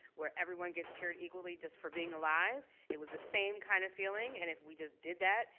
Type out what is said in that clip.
where everyone gets cheered equally just for being alive. it was the same kind of feeling and if we just did that,